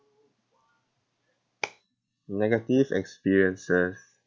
negative experiences